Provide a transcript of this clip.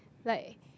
like